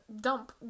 dump